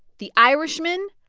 the irishman,